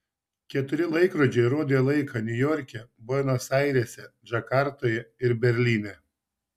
keturi laikrodžiai rodė laiką niujorke buenos airėse džakartoje ir berlyne